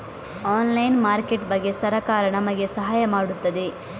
Online market ಬಗ್ಗೆ ಸರಕಾರ ನಮಗೆ ಸಹಾಯ ಮಾಡುತ್ತದೆ?